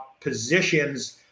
positions